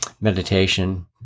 meditation